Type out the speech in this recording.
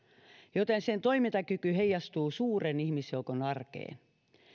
joten sen toimintakyky heijastuu suuren ihmisjoukon arkeen